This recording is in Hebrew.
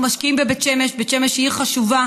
אנחנו משקיעים בבית שמש, בית שמש היא עיר חשובה.